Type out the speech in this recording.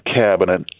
cabinet